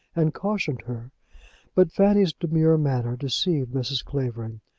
and cautioned her but fanny's demure manner deceived mrs. clavering.